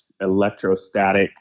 electrostatic